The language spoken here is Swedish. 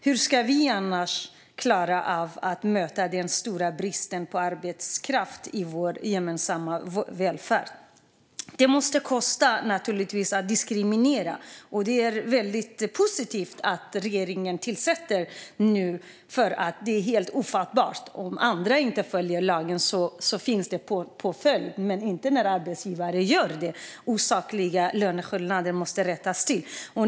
Hur ska vi annars klara av att möta den stora bristen på arbetskraft i vår gemensamma välfärd? Det måste naturligtvis kosta att diskriminera. Det är väldigt positivt att regeringen nu tillsätter en utredning, för det är helt ofattbart att om andra inte följer lagen blir det en påföljd, men inte om arbetsgivare inte gör det. Osakliga löneskillnader måste rättas till.